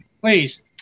Please